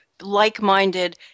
like-minded